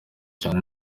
cyane